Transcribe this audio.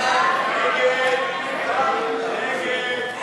סעיפים 42